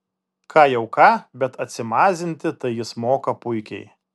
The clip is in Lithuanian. ką jau ką bet atsimazinti tai jis moka puikiai